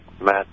Matt